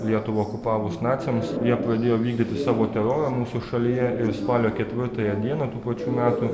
lietuvą okupavus naciams jie pradėjo vykdyti savo terorą mūsų šalyje ir spalio ketvirtąją dieną tų pačių metų